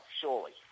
surely